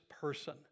person